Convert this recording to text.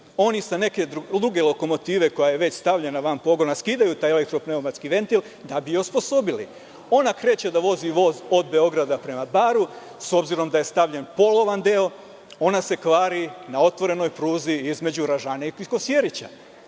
Oni sa neke druge lokomotive koja je već stavljena van pogona, skidaju taj elektro pneumatski ventil da bi osposobili. Ona kreće da vozi voz od Beograda prema Baru, s obzirom da je stavljen polovan deo ona se kvari na otvorenoj pruzi između Ražane i Kosjerića.